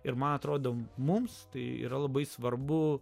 ir man atrodo mums tai yra labai svarbu